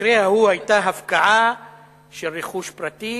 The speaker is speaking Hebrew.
במקרה ההוא היתה הפקעה של רכוש פרטי